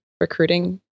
recruiting